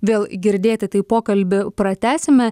vėl girdėti tai pokalbį pratęsime